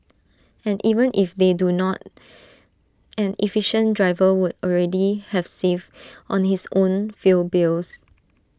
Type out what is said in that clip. and even if they do not an efficient driver would already have saved on his own fuel bills